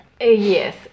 yes